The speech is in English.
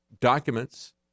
documents